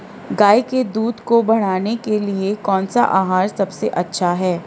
गाय के दूध को बढ़ाने के लिए कौनसा आहार सबसे अच्छा है?